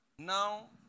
Now